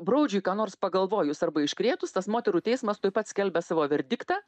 broudžiui ką nors pagalvojus arba iškrėtus tas moterų teismas tuoj pat skelbia savo verdiktą